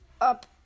up